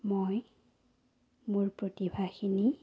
মই মোৰ প্ৰতিভাখিনি